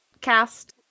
cast